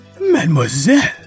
Mademoiselle